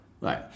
right